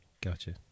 gotcha